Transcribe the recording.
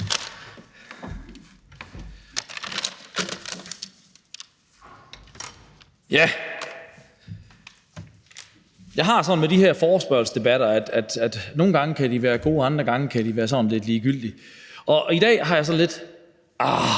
Jeg har det sådan med de her forespørgselsdebatter, at nogle gange kan de være gode, og andre gange kan de være sådan lidt ligegyldige. I dag tænker jeg lidt: